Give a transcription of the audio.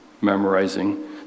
memorizing